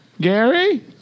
Gary